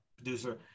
Producer